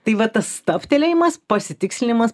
tai va tas stabtelėjimas pasitikslinimas